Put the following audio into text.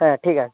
হ্যাঁ ঠিক আছে